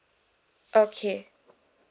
okay